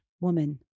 woman